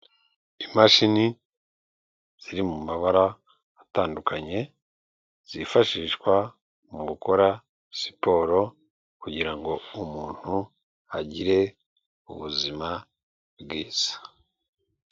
Imashini ziri mu mabara atandukanye zifashishwa mu gukora siporo kugira ngo umuntu agire ubuzima bwiza.